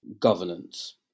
governance